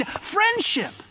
friendship